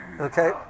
Okay